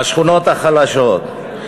בשכונות החלשות.